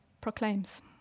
proclaims